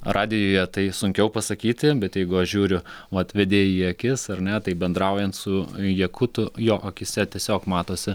radijuje tai sunkiau pasakyti bet jeigu aš žiūriu vat vedėjai į akis ar ne tai bendraujant su jakutu jo akyse tiesiog matosi